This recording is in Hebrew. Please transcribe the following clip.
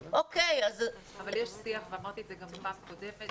יש שיח ואמרתי את זה גם בפעם הקודמת.